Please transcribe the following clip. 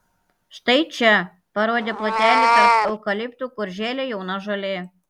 štai čia parodė plotelį tarp eukaliptų kur žėlė jauna žolė